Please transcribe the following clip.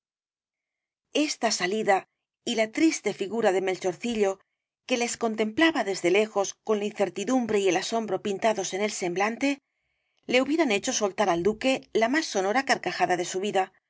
esta salida y la triste figura de melchorcillo que les el caballero de las botas azules contemplaba desde lejos con la incertidumbre y el asombro pintados en el semblante le hubieran hecho soltar al duque la más sonora carcajada de su vida